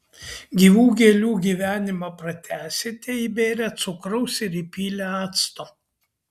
gyvų gėlių gyvenimą pratęsite įbėrę cukraus ir įpylę acto